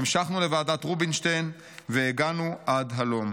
המשכנו לוועדת רובינשטיין, והגענו עד הלום.